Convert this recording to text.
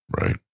Right